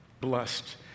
blessed